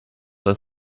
the